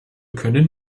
können